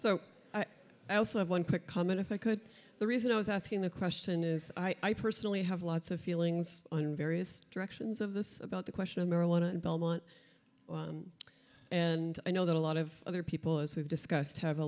o i also have one quick comment if i could the reason i was asking the question is i personally have lots of feelings on various directions of this about the question of marijuana in belmont and i know that a lot of other people as we've discussed have a